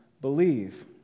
believe